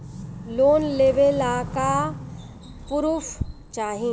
Loan लेवे ला का पुर्फ चाही?